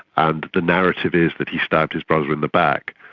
and the narrative is that he stabbed his brother in the back.